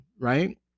right